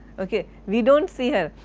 ok, we don't see her.